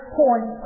point